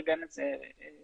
כרגע אין לי את זה מולי.